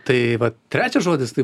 tai vat trečias žodis tai